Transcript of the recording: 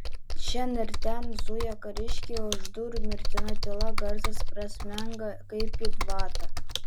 šen ir ten zuja kariškiai o už durų mirtina tyla garsas prasmenga kaip į vatą